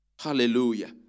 Hallelujah